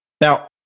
Now